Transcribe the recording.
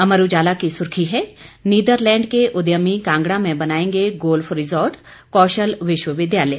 अमर उजाला की सुर्खी है नीदरलैंड के उद्यमी कांगड़ा में बनाएंगे गोल्फ रिसॉर्ट कौशल विश्वविद्यालय